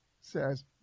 says